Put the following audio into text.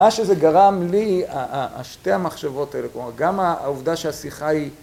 מה שזה גרם לי, ה... שתי המחשבות האלה, כלומר, גם העובדה שהשיחה היא